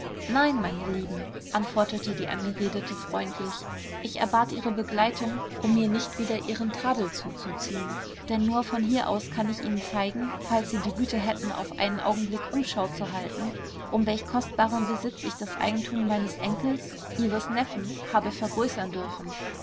nein meine lieben antwortete die angeredete freundlich ich erbat ihre begleitung um mir nicht wieder ihren tadel zuzuziehen denn nur von hier aus kann ich ihnen zeigen falls sie die güte hätten auf einen augenblick umschau zu halten um welch kostbaren besitz ich das eigentum meines enkels ihres neffen habe vergrößern dürfen